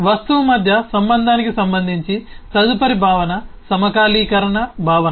వస్తువు మధ్య సంబంధానికి సంబంధించి తదుపరి భావన సమకాలీకరణ భావన